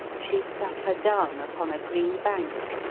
she sat her downe upon a green bank,